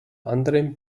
anderem